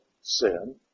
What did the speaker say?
sin